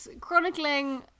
chronicling